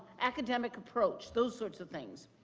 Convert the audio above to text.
academic approach, those sorts of things.